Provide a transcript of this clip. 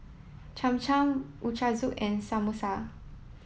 Cham Cham Ochazuke and Samosa